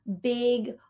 big